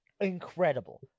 incredible